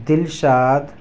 Dilshad